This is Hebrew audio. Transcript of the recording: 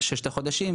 זה דבר אחד.